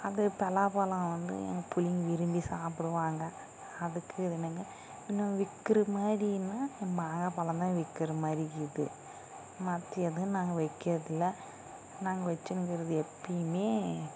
அது பலாப்பழம் வந்து எங்கள் பிள்ளிங்க விரும்பி சாப்பிடுவாங்க அதுக்கு இதுங்க இன்னும் விற்குற மாதிரின்னா மாம்பழம்தான் விற்குற மாதிரி இருக்குது மற்ற ஏதும் நாங்கள் விற்கிறது இல்லை நாங்கள் வெச்சுனுருக்கிறது எப்பேயுமே